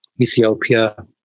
Ethiopia